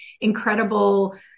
incredible